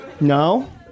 No